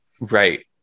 Right